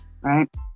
right